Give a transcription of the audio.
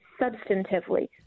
substantively